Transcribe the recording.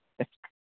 दे